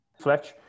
Fletch